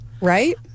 Right